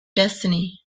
destiny